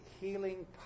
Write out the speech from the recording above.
healing